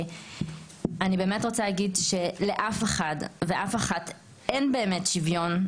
אני באמת רוצה להגיד שלאף אחד ואף אחת אין באמת שוויון,